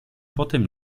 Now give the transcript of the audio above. potem